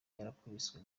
yarakubiswe